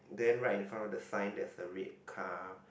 then right in front of the sign there's a red car